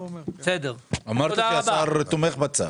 אמרת שהשר תומך בצו.